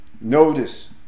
Notice